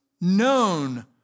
known